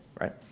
right